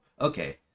okay